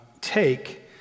take